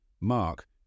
Mark